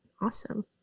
awesome